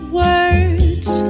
words